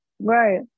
right